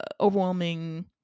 overwhelming